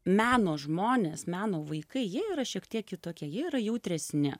meno žmonės meno vaikai jie yra šiek tiek kitokie jie yra jautresni